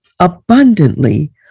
abundantly